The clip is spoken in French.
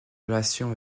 relation